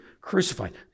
crucified